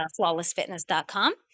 FlawlessFitness.com